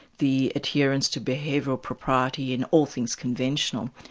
the adherence to behavioural propriety and all things conventional.